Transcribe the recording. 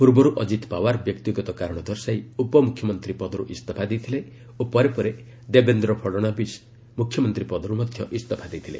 ପୂର୍ବରୁ ଅଜିତ ପାୱାର ବ୍ୟକ୍ତିଗତ କାରଣ ଦର୍ଶାଇ ଉପମୁଖ୍ୟମନ୍ତ୍ରୀ ପଦରୁ ଇସ୍ତଫା ଦେଇଥିଲେ ଓ ପରେ ପରେ ଦେବେନ୍ଦ୍ର ଫଡ଼ଣବିସ୍ ମଧ୍ୟ ମୁଖ୍ୟମନ୍ତ୍ରୀ ପଦରୁ ଇସ୍ତଫା ଦେଇଥିଲେ